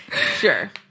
Sure